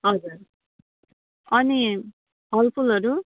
हजुर अनि फलफुलहरू